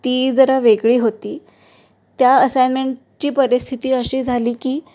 ती जरा वेगळी होती त्या असायनमेंटची परिस्थिती अशी झाली की